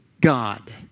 God